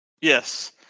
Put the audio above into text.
Yes